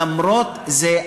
למרות זה,